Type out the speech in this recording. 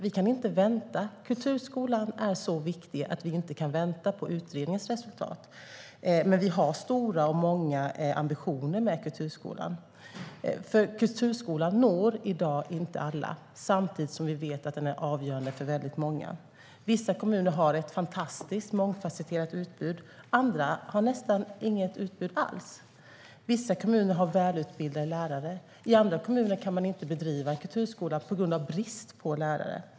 Vi kan inte vänta. Kulturskolan är så viktig att vi inte kan vänta på utredningens resultat. Men vi har många stora ambitioner för kulturskolan. Kulturskolan når i dag inte alla, samtidigt som vi vet att den är avgörande för väldigt många. Vissa kommuner har ett fantastiskt mångfasetterat utbud. Andra har nästan inget utbud alls. Vissa kommuner har välutbildade lärare. I andra kommuner kan man inte bedriva kulturskolan på grund av brist på lärare.